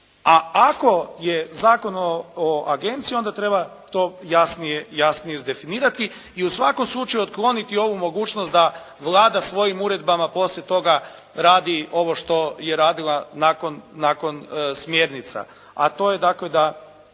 A ako je zakon o agenciji onda treba to jasnije izdefinirati i u svakom slučaju otkloniti ovu mogućnost da Vlada svojim uredbama poslije toga radi ovo što je radila nakon smjernica, a to je dakle da